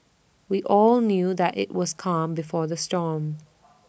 we all knew that IT was calm before the storm